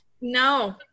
No